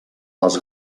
les